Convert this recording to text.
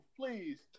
please